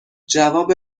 جواب